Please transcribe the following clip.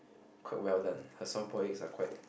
quite well done her soft boiled eggs are quite